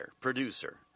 producer